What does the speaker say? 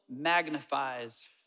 magnifies